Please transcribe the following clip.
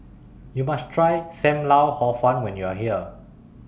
YOU must Try SAM Lau Hor Fun when YOU Are here